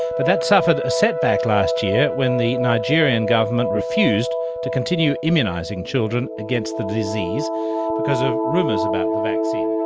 but that suffered a setback last year when the nigerian government refused to continue immunising children against the disease because of rumours about the vaccine,